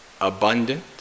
abundant